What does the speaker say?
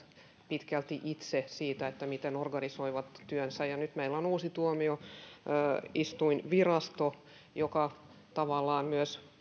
pitkälti itse siitä miten organisoivat työnsä ja nyt meillä on uusi tuomioistuinvirasto joka tavallaan myös